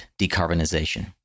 decarbonization